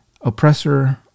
oppressor